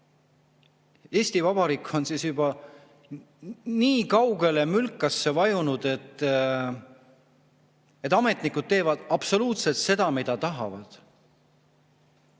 Eesti Vabariik on juba nii sügavale mülkasse vajunud, et ametnikud teevad absoluutselt seda, mida tahavad?